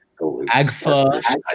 Agfa